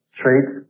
traits